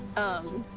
um,